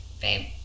babe